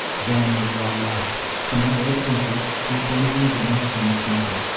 then we all laughed for now evidently my blundering did not so much matter,